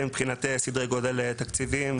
מבחינת סדרי גודל תקציביים.